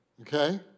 okay